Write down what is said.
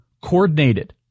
coordinated